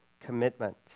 commitment